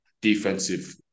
defensive